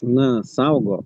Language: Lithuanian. na saugo